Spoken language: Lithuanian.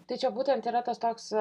tai čia būtent yra tas toks